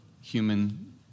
human